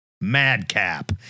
Madcap